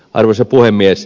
arvoisa puhemies